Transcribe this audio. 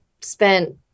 spent